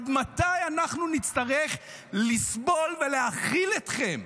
עוד מתי נצטרך לסבול ולהכיל אתכם?